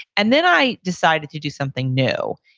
and then i decided to do something new.